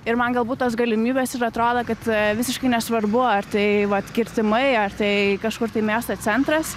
ir man galbūt tos galimybės ir atrodo kad visiškai nesvarbu ar tai vat kirtimai tai kažkur tai miesto centras